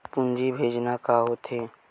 पूंजी भेजना का होथे?